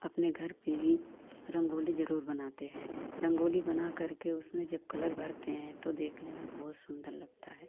अपने घर पर ही रंगोली ज़रूर बनाते हैं रंगोली बना करके उसमें जब कलर भरते हैं तो देखने में बहुत सुन्दर लगता है